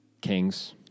Kings